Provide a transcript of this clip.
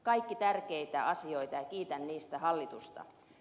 kaikki tärkeitä asioita ja kiitän niistä hallitusta